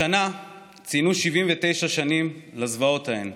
השנה ציינו 79 שנים לזוועות ההן.